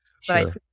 Sure